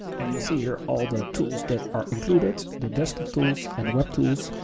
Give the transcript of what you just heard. and you'll see here all the tools that are included, the desktop tools and web tools.